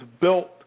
built